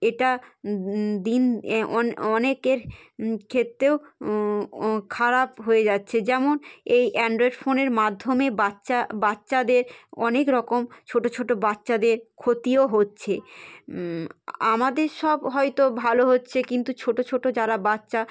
এটা দিন অনেকের ক্ষেত্রেও খারাপ হয়ে যাচ্ছে যেমন এই অ্যান্ড্রয়েড ফোনের মাধ্যমে বাচ্চা বাচ্চাদের অনেক রকম ছোট ছোট বাচ্চাদের ক্ষতিও হচ্ছে আমাদের সব হয়তো ভালো হচ্ছে কিন্তু ছোট ছোট যারা বাচ্চা